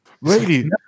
lady